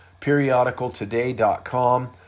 Periodicaltoday.com